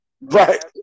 Right